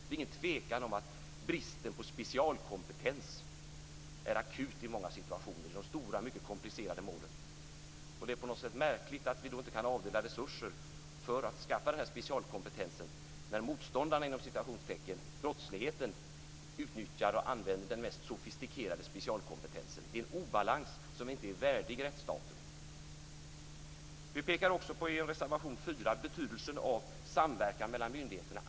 Det är inget tvivel om att bristen på specialkompetens är akut i många situationer, i de stora mycket komplicerade målen. Det är på något sätt märkligt att vi inte kan avdela resurser för att skaffa denna specialkompetens när "motståndarna", brottsligheten, utnyttjar och använder den mest sofistikerade specialkompetensen. Det är en obalans som inte är värdig rättsstaten. Vi pekar också i reservation 4 på betydelsen av samverkan mellan myndigheterna.